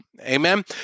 Amen